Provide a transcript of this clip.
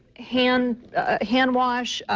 hand hand wash.